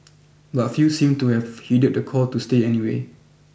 but few seemed to have heeded the call to stay away